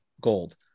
gold